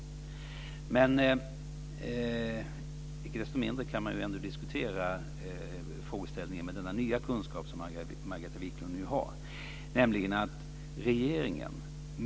Icke desto mindre kan man diskutera frågeställningen med den nya kunskap som Margareta Viklund nu har.